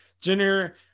Junior